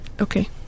Okay